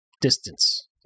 distance